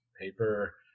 paper